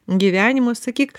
gyvenimo sakyk